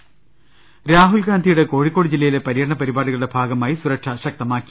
മർട്ട്ട്ട്ട്ട്ട രാഹുൽ ഗാന്ധിയുടെ കോഴിക്കോട് ജില്ലയിലെ പരൃടന പരിപാടികളു ടെ ഭാഗമായി സുരക്ഷ ശക്തമാക്കി